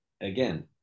again